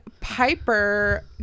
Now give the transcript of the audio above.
Piper